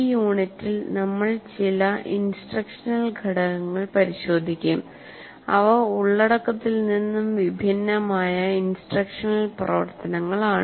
ഈ യൂണിറ്റിൽ നമ്മൾ ചില ഇൻസ്ട്രക്ഷണൽ ഘടകങ്ങൾ പരിശോധിക്കും അവ ഉള്ളടക്കത്തിൽ നിന്നും വിഭിന്നമായ ഇൻസ്ട്രക്ഷണൽ പ്രവർത്തനങ്ങളാണ്